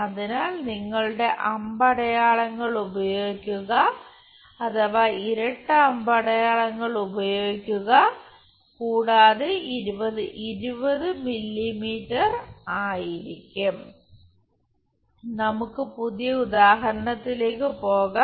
അതിനാൽ നിങ്ങൾ അമ്പടയാളങ്ങൾ ഉപയോഗിക്കുക അഥവാ ഇരട്ട അമ്പടയാളങ്ങൾ ഉപയോഗിക്കുക കൂടാതെ ഇത് 20 മില്ലീമീറ്റർ ആയിരിക്കും നമുക്ക് പുതിയ ഉദാഹരണത്തിലേക്ക് പോകാം